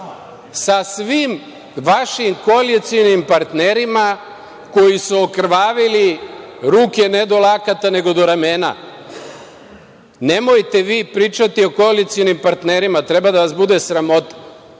Sa svim vašim koalicionim partnerima koji su okrvavili ruke ne do lakata, nego do ramena. Nemojte vi pričati o koalicionim partnerima. Treba da vas bude sramota.